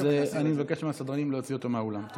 אז אני מבקש מהסדרנים להוציא אותו מהאולם.